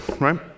right